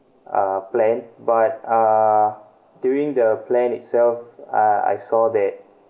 uh plan but uh during the plan itself uh I saw that